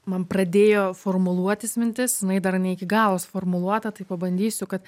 man pradėjo formuluotis mintis jinai dar ne iki galo suformuluota tai pabandysiu kad